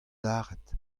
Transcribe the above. lâret